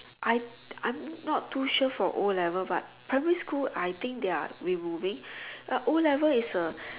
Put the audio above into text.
I I'm not too sure for O-Level but primary school I think they are removing but O-Level is a